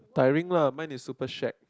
tiring lah mine is super shake